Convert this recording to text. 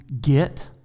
get